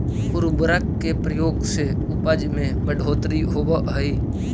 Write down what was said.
उर्वरक के प्रयोग से उपज में बढ़ोत्तरी होवऽ हई